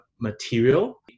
material